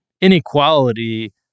inequality